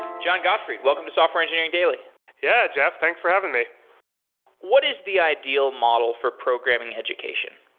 jon gottfried, welcome to software engineering daily yeah, jeff. thanks for having me what is the ideal model for programming education?